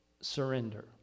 surrender